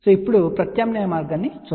ఇప్పుడు ప్రత్యామ్నాయ మార్గాన్ని చూద్దాం